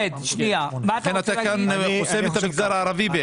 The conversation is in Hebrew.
אתה כאן בעצם חוסם את המגזר הערבי.